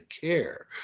care